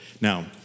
Now